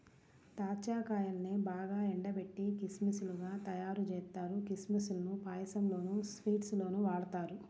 దాచ్చా కాయల్నే బాగా ఎండబెట్టి కిస్మిస్ లుగా తయ్యారుజేత్తారు, కిస్మిస్ లను పాయసంలోనూ, స్వీట్స్ లోనూ వాడతారు